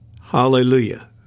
Hallelujah